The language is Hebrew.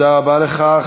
תודה, תודה רבה לך.